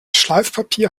schleifpapier